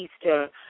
Easter